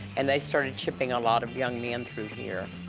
and they started shipping a lot of young men through here.